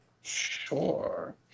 sure